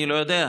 אני לא יודע,